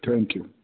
thank you